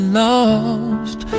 lost